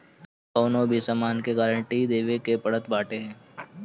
कवनो भी सामान के गारंटी देवे के पड़त बाटे